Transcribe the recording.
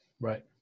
right